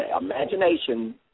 imagination